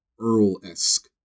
Earl-esque